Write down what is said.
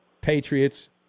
Patriots